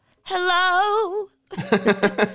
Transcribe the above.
Hello